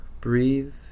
breathe